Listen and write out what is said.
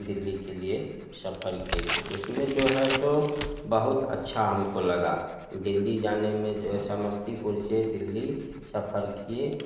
दिल्ली के लिए सफर किए थे उसमें जो है सो बहुत अच्छा हम को लगा दिल्ली जाने में जे समस्तीपुर से दिल्ली सफर किए